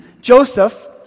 Joseph